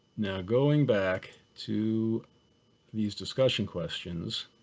now going back to these discussion questions.